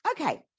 okay